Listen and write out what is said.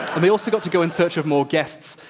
and they also got to go in search of more guests.